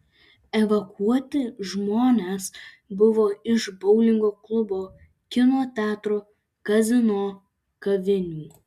evakuoti žmonės buvo iš boulingo klubo kino teatro kazino kavinių